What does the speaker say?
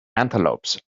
antelopes